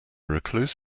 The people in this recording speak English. recluse